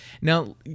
now